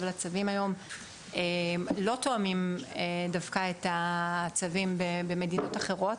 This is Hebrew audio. היום לא תואמים דווקא את הצווים במדינות אחרות.